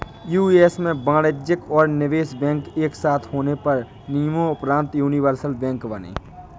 US में वाणिज्यिक और निवेश बैंक एक साथ होने के नियम़ोंपरान्त यूनिवर्सल बैंक बने